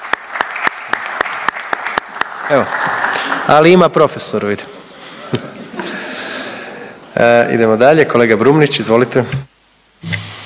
Ali ima profesor vidim. Idemo dalje. Kolega Brumnić, izvolite.